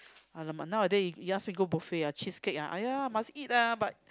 !alamak! nowaday you ask me go buffet ah cheesecake ah !aiya! must eat ah but